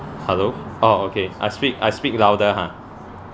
hello oh okay I speak I speak louder ha